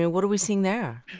what are we seeing there?